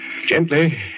Gently